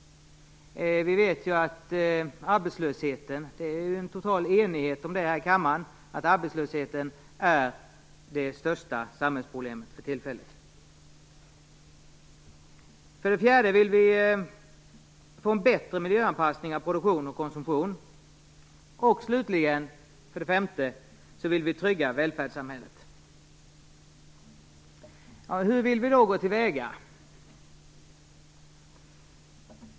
Vi vet att arbetslösheten - det är det total enighet om här i kammaren - är det största samhällsproblemet för tillfället. För det fjärde vill vi få en bättre miljöanpassning av produktion och konsumtion. För det femte vill vi trygga välfärdssamhället. Hur vill vi då gå till väga?